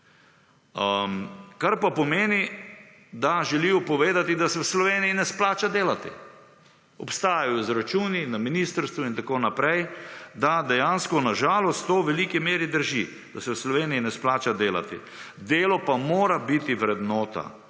Kar pa pomeni, da želijo povedati, da se v Sloveniji ne splača delati. Obstajajo izračuni na Ministrstvu in tako naprej, da dejansko na žalost to v veliki meri drži, da se v Sloveniji ne splača delati. Delo pa mora biti vrednota.